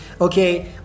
okay